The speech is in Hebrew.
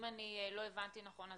אם לא הבנתי נכון,